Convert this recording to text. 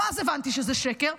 גם אז הבנתי שזה שקר,